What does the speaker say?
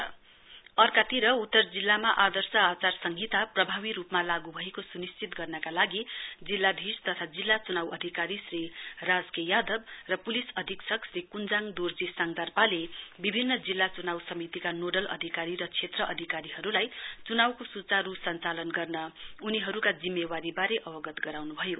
election north district अर्कातिर उत्तर जिल्लामा आदर्श आचार संहिता प्रभावी रूपमा लागू भएको स्निश्चित गर्नका लागि जिल्लाधीश तथा जिल्ला च्नाउ अधिकारी श्री राज के यादव र पुलिस अधीक्षक श्री क्ञ्जाङ दोर्जी साङदारपाले विभिन्न जिल्ला चुनाउ समितिका नोडल अधिकारी र क्षेत्र अधिकारीहरूलाई चुनाको सुचारू सञ्चालन गर्न उनीहरूका जिम्मेवारीबारे अवगत गराउन्भयो